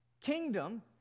kingdom